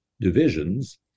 divisions